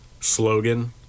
slogan